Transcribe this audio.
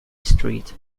street